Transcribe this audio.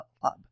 Club